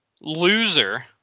loser